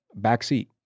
backseat